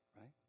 Right